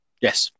Yes